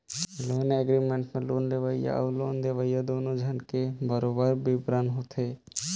loan agreement म loan लेवइया अउ लोन देवइया दूनो झन के बरोबर बिबरन होथे